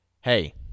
hey